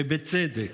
ובצדק.